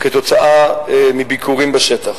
עקב ביקורים בשטח.